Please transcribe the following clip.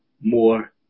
more